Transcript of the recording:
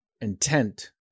intent